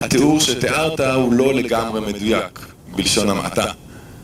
התיאור שתיארת הוא לא לגמרי מדויק, בלשון המעטה.